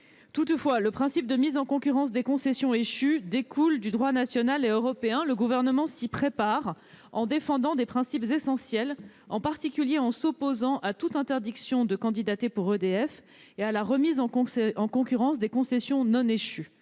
»...... le principe de mise en concurrence des concessions échues découle du droit national et européen. Le Gouvernement s'y prépare en défendant des principes essentiels, notamment en s'opposant à toute interdiction de candidater pour EDF et à la remise en concurrence des concessions non échues.